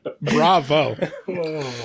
Bravo